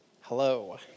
Hello